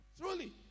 Truly